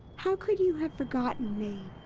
how could you have forgotten me?